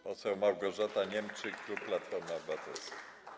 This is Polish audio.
Poseł Małgorzata Niemczyk, klub Platforma Obywatelska.